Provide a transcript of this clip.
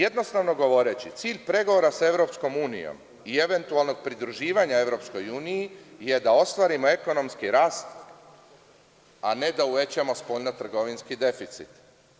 Jednostavno govoreći, cilj pregovora sa EU i eventualnog pridruživanja EU je da ostvarimo ekonomski rast, a ne da uvećamo spoljno-trgovinski deficit.